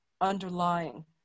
underlying